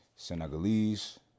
Senegalese